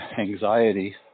anxiety